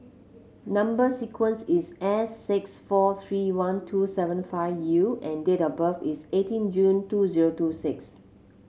number sequence is S six four three one two seven five U and date of birth is eighteen June two zero two six